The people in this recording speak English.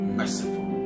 merciful